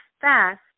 fast